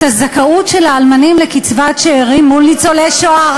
הזכאות של האלמנים לקצבת שאירים מול ניצולי שואה.